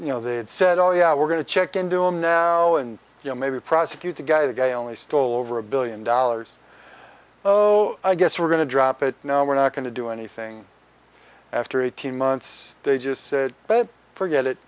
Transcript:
you know they had said oh yeah we're going to check in do him now and you know maybe prosecute the guy the guy only stole over a billion dollars oh i guess we're going to drop it now we're not going to do anything after eighteen months they just said forget it